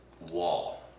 wall